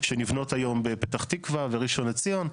שנבנות היום בפתח תקווה וראשון לציון.